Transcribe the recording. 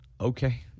okay